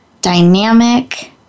dynamic